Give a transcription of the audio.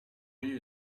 you